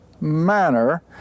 manner